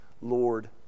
Lord